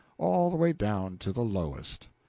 all the way down to the lowest.